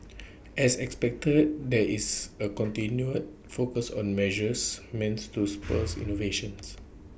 as expected there is A continued focus on measures means to spurs innovations